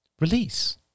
release